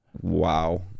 wow